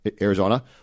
Arizona